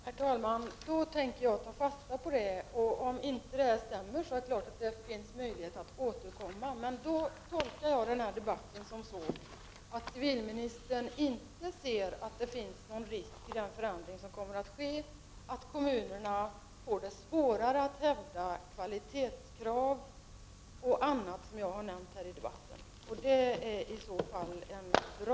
Herr talman! Då tänker jag ta fasta på vad civilministern har sagt. Och om det inte stämmer finns det givetvis möjlighet att återkomma till frågan. Jag tolkar debatten som så att den förekommande förändringen enligt civilministern inte medför någon risk och att kommunerna inte kommer att få det svårare att hävda kvalitetskrav och andra krav som jag har nämnt i debatten. Det är i så fall bra.